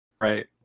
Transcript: Right